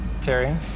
Terry